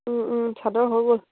চাদৰ হৈ গ'ল